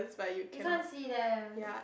you can't see them